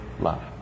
love